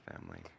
family